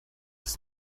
ist